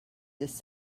this